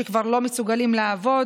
רק שיש להם בעיה של שימוש חורג.